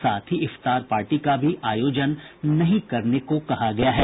साथ ही इफ्तार पार्टी का भी आयोजन नहीं करने को कहा गया है